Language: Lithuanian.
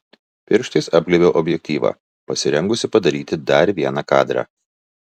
pirštais apglėbiau objektyvą pasirengusi padaryti dar vieną kadrą